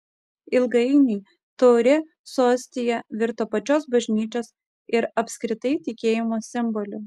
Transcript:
ilgainiui taurė su ostija virto pačios bažnyčios ir apskritai tikėjimo simboliu